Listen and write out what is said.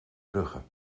brugge